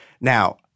Now